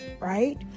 right